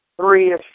Three